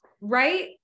Right